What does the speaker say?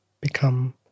become